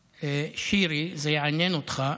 שירי, זה יעניין אותך,